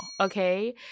okay